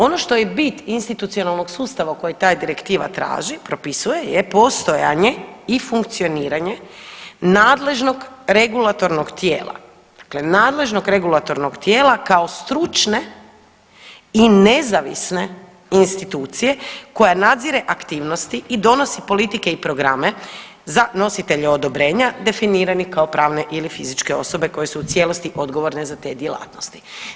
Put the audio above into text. Ono što je i bit institucionalnog sustava o koji ta direktiva traži, propisuje je postojanje i funkcioniranje nadležnog regulatornog tijela, dakle nadležnog regulatornog tijela kao stručne i nezavisne institucije koja nadzire aktivnosti i donosi politike i programe za nositelje odobrenja definiranih kao pravne ili fizičke osobe koje su u cijelosti odgovorne za te djelatnosti.